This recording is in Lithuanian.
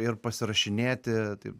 ir pasirašinėti